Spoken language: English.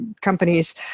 companies